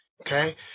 Okay